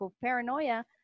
paranoia